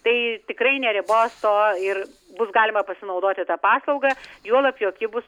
tai tikrai neribos o ir bus galima pasinaudoti ta paslauga juolab jog ji bus